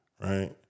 Right